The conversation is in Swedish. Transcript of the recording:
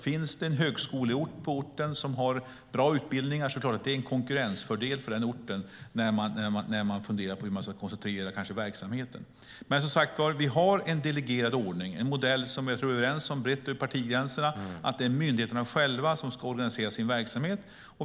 Finns det en högskola med bra utbildningar på orten är det klart att det är en konkurrensfördel för den orten när man funderar på hur man ska koncentrera verksamheten. Men som sagt har vi en delegerad ordning och en modell som jag tror att vi är överens om brett över partigränserna. Denna ordning innebär att det är myndigheterna själva som ska organisera sin verksamhet.